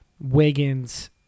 Wiggins